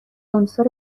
عنصر